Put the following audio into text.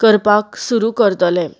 करपाक सुरू करतलें